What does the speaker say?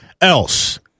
else